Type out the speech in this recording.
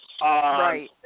Right